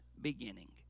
beginning